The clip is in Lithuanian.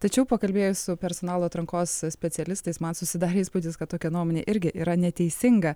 tačiau pakalbėjus su personalo atrankos specialistais man susidarė įspūdis kad tokia nuomonė irgi yra neteisinga